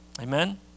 amen